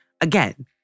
Again